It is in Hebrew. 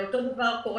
אותו הדבר קורה